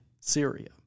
Syria